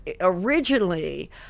originally